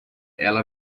ela